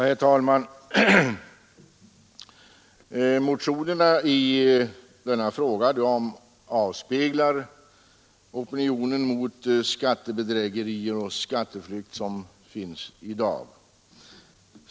Herr talman! Motionerna i denna fråga avspeglar den opinion mot skattebedrägerier och skatteflykt som finns i dag.